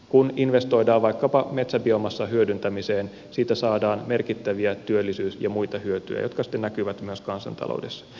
kun investoidaan vaikkapa metsäbiomassan hyödyntämiseen siitä saadaan merkittäviä työllisyys ja muita hyötyjä jotka sitten näkyvät myös kansantaloudessa